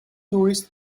tourists